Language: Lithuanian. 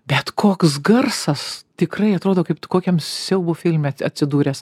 bet koks garsas tikrai atrodo kaip kokiam siaubo filme at atsidūręs